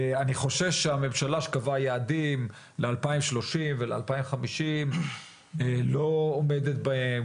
אני חושש שהממשלה שקבעה יעדים ל-2030 ול-2050 לא עומדת בהם,